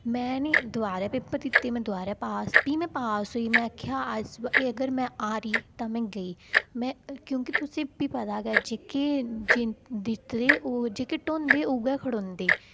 में निं दोबारै पेपर दित्ते में दोबारै पास भी में पास होई में आखेआ अज्ज जेकर में हारी तां में गेई में पर क्योंकि तुसें गी भी पता गै ऐ जेह्के ज जित्तदे जेह्के ढौंदे उ'ऐ खढ़ोंदे